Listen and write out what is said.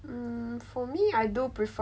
for me I do prefer